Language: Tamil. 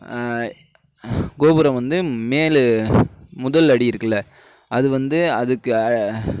கோபுரம் வந்து மேலு முதல் அடி இருக்குல்ல அது வந்து அதுக்கு